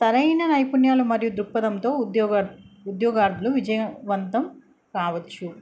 సరైన నైపుణ్యాలు మరియు దృక్పథంతో ఉద్యోగ ఉద్యోగస్తులు విజయవంతం కావచ్చు